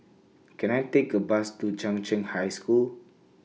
Can I Take A Bus to Chung Cheng High School